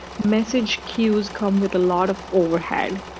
message queues come with a lot of overhead.